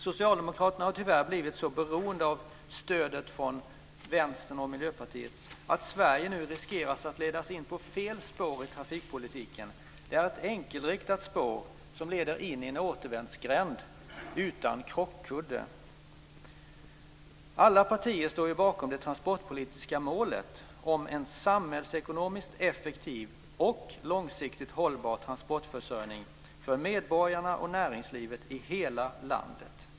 Socialdemokraterna har tyvärr blivit så beroende av stödet från Vänsterpartiet och Miljöpartiet att Sverige nu riskerar att ledas in på fel spår i trafikpolitiken. Det är ett enkelriktat spår som leder in i en återvändsgränd - utan krockkudde. Alla partier står ju bakom det transportpolitiska målet om en samhällsekonomiskt effektiv och långsiktigt hållbar transportförsörjning för medborgarna och näringslivet i hela landet.